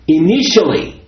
initially